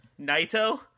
naito